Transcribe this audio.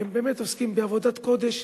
שהם באמת עוסקים בעבודת קודש,